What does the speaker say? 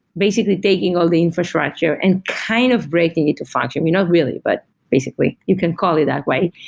basically, taking all the infrastructure and kind of breaking it to function, not really, but basically you can call it that way.